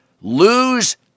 Lose